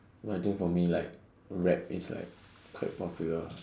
what I think for me like rap is like quite popular